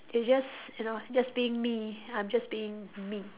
it's just you know just being me I'm just being me